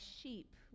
sheep